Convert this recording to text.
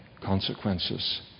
consequences